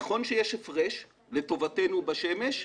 נכון שיש הפרש לטובתנו בשמש,